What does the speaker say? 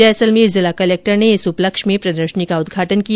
जैसलमेर में जिला कलक्टर ने इस उपलक्ष्य में प्रदर्शनी का उद्घाटन किया